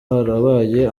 harabaye